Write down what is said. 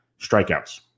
strikeouts